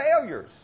failures